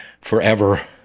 forever